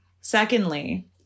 Secondly